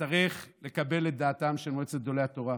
נצטרך לקבל את דעתם של מועצת גדולי התורה,